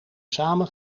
samen